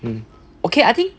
mm okay I think